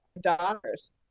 doctors